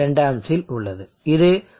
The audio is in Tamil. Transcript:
2 ஆம்ப்ஸ் இது 1